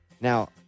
Now